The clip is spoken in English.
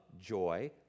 joy